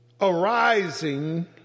arising